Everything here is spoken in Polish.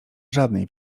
żadnej